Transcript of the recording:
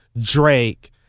Drake